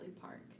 Park